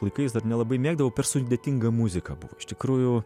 laikais dar nelabai mėgdavau per sudėtinga muzika buvo iš tikrųjų